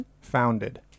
Founded